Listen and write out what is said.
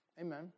Amen